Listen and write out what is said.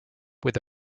with